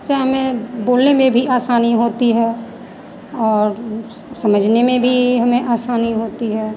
इससे हमें बोलने में भी आसानी होती है और समझने में भी हमें आसानी होती है